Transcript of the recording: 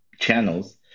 channels